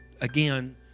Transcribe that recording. again